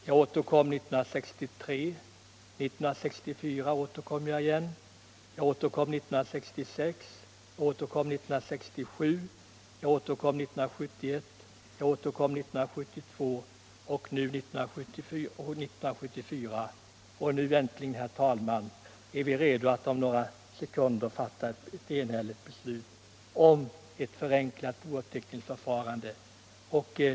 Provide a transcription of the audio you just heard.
Jag återkom med motionen 1963, 1964, 1966, 1967, 1971, 1972 och 1974, och nu äntligen är vi redo att om några sekunder fatta ett enhälligt beslut om ett sådant förenklat bouppteckningsförfarande.